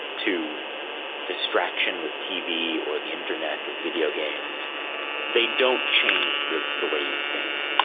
to distraction with tv or the internet or video games they don't change the the way you think,